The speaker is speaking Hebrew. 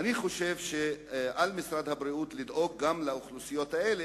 אני חושב שעל משרד הבריאות לדאוג גם לאוכלוסיות האלה,